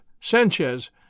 Sanchez